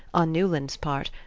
on newland's part,